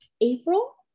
April